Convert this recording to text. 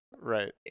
right